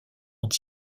ont